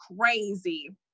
crazy